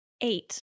Eight